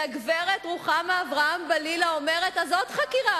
והגברת רוחמה אברהם-בלילא אומרת: אז עוד חקירה,